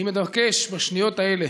אני מבקש בשניות האלה